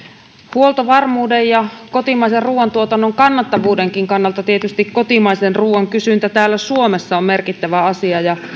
huoltovarmuuden ja kotimaisen ruuantuotannon kannattavuudenkin kannalta tietysti kotimaisen ruuan kysyntä täällä suomessa on merkittävä asia ja